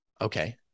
Okay